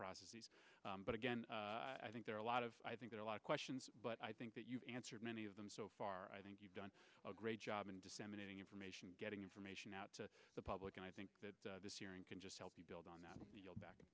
processes but again i think there are a lot of i think there are a lot of questions but i think that you've answered many of them so far i think you've done a great job in disseminating information getting information out to the public and i think that this hearing can just help you build on that back